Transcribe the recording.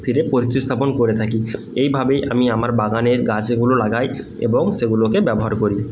ফিরে পরিচয় স্থাপন করে থাকি এইভাবেই আমি আমার বাগানের গাছগুলো লাগাই এবং সেগুলোকে ব্যবহার করি